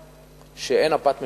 בסיטואציה שאין הפת מצויה,